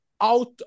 Out